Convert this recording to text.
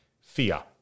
fear